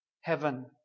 heaven